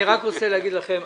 אני רק רוצה להגיד לכם,